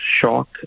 shock